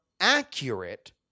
accurate